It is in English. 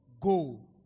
Go